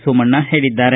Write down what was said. ಸೋಮಣ್ಣ ಹೇಳಿದ್ದಾರೆ